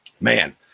Man